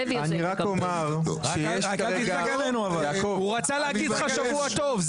אני רק אומר שיש כרגע --- הוא רצה להגיד לך שבוע טוב,